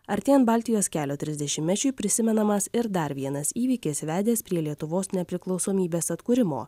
artėjant baltijos kelio trisdešimtmečiui prisimenamas ir dar vienas įvykis vedęs prie lietuvos nepriklausomybės atkūrimo